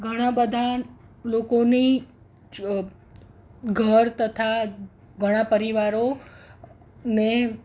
ઘણા બધા લોકોની ઘર તથા ઘણા પરિવારોને